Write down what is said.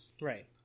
Right